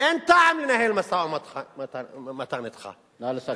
אין טעם לנהל משא-ומתן אתך, נא לסיים.